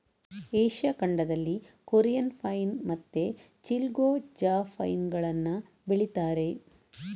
Asia ಖಂಡದಲ್ಲಿ Korean pine ಮತ್ತೆ ಚಿಲ್ಗೊ ಜಾ ಪೈನ್ ಗಳನ್ನ ಬೆಳೀತಾರೆ